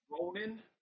Ronan